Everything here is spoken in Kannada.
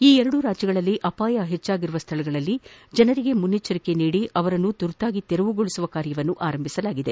ಈ ಎರಡೂ ರಾಜ್ಯಗಳಲ್ಲಿ ಅಪಾಯ ಹೆಚ್ಚಾಗಿರುವ ಸ್ಥಳಗಳಲಿ ಜನರಿಗೆ ಮುನ್ನೆಚ್ವರಿಕೆ ನೀಡಿ ಅವರನ್ನು ತೆರವುಗೊಳಿಸುವ ಕಾರ್ಯವನ್ನು ಆರಂಭಿಸಲಾಗಿದೆ